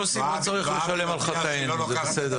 ביום ל"ג בעומר זועבי הודיעה שהיא לא לוקחת את